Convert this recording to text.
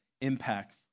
impacts